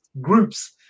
groups